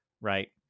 right